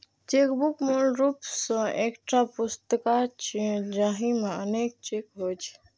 chequebook मूल रूप सं एकटा पुस्तिका छियै, जाहि मे अनेक चेक होइ छै